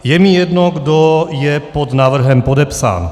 Je mi jedno, kdo je pod návrhem podepsán.